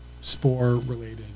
spore-related